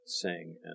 sing